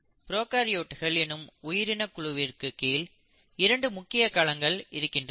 ப்ரோகாரியோட்கள் என்னும் உயிரின குழுவிற்கு கீழ் இரண்டு முக்கிய களங்கள் இருக்கின்றன